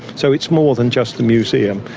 so it's more than just a museum,